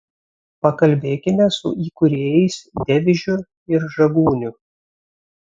pakalbėkime su įkūrėjais devižiu ir žagūniu